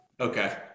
Okay